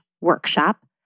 workshop